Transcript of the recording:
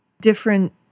different